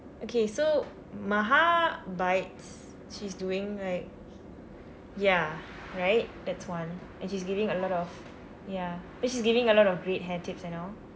okay so maha bites she's doing right ya right that's one and she's giving a lot of ya then she's giving a lot of great hair tips and all